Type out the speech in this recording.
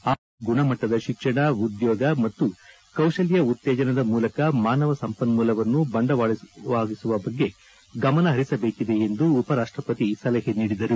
ಆರೋಗ್ಯ ರಕ್ಷಣೆ ಗುಣಮಟ್ಟದ ಶಿಕ್ಷಣ ಉದ್ಯೋಗ ಮತ್ತು ಕೌಶಲ್ಯ ಉತ್ತೇಜನದ ಮೂಲಕ ಮಾನವ ಸಂಪನ್ಗೂಲವನ್ನು ಬಂಡವಾಳವಾಗಿಸುವ ಬಗ್ಗೆ ಗಮನಹರಿಸಬೇಕಿದೆ ಎಂದು ಉಪರಾಷ್ಟಪತಿ ಸಲಹೆ ನೀಡಿದರು